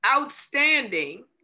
Outstanding